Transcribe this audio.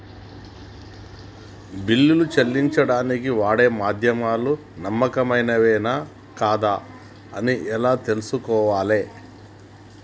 బిల్లులు చెల్లించడానికి వాడే మాధ్యమాలు నమ్మకమైనవేనా కాదా అని ఎలా తెలుసుకోవాలే?